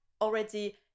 already